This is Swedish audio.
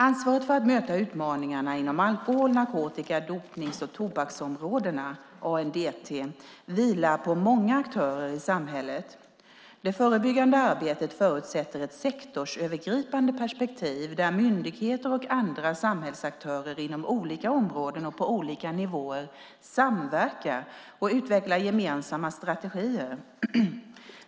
Ansvaret för att möta utmaningarna inom alkohol-, narkotika-, dopnings och tobaksområdena vilar på många aktörer i samhället. Det förebyggande arbetet förutsätter ett sektorsövergripande perspektiv där myndigheter och andra samhällsaktörer inom olika områden och på olika nivåer samverkar och utvecklar gemensamma strategier.